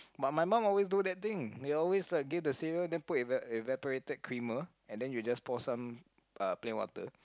but my mum always do that thing they always like give the cereal and put eva~ evaporated creamer and then you just pour some plain water